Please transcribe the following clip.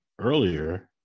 earlier